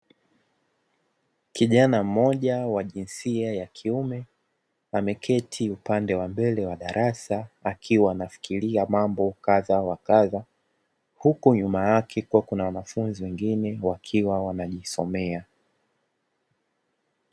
Kijana mmoja wa jinsia ya kiume ameketi upande mbele wa darasa akiwa anafikiria mambo kadha wa kadha. Huku nyuma yake kukiwa na wanafunzi wengine wakiwa wanajisomea .